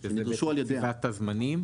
זה קציבת הזמנים.